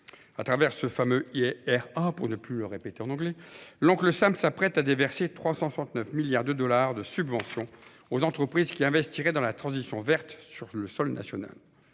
Au travers de ce fameux IRA, l'Oncle Sam s'apprête à déverser 369 milliards de dollars de subventions aux entreprises qui investiraient dans la transition verte sur le sol national.